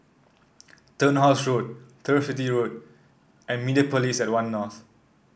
Turnhouse Road Turf City Road and Mediapolis at One North